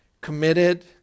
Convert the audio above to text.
committed